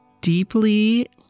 deeply